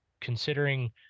considering